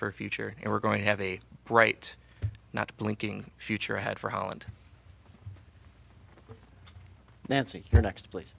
for future and we're going to have a bright not blinking future ahead for holland nancy your next place